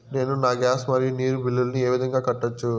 నేను నా గ్యాస్, మరియు నీరు బిల్లులను ఏ విధంగా కట్టొచ్చు?